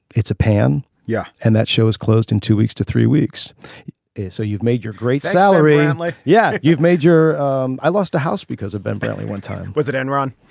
it's a pan. yeah. and that show was closed in two weeks to three weeks so you've made your great salary. and like yeah. you've major i lost a house because i've been barely one time. was it enron.